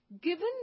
given